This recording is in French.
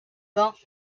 pas